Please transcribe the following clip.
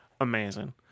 amazing